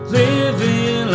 living